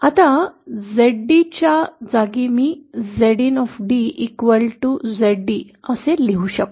आता Zd च्या जागी मी हे ZinZd असे लिहू शकतो